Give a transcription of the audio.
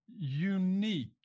unique